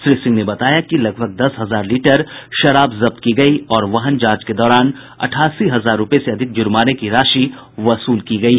श्री सिंह ने बताया कि लगभग दस हजार लीटर शराब जब्त की गयी और वाहन जांच के दौरान अठासी हजार रूपये से अधिक जुर्माने की राशि वसूल की गयी